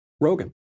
Rogan